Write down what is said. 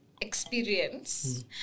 experience